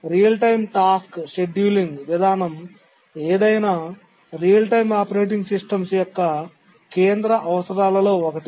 real time task scheduling విధానం ఏదైనా real time operating systems యొక్క కేంద్ర అవసరాలలో ఒకటి